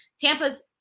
Tampa's